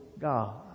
God